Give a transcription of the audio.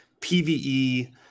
pve